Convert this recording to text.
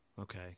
Okay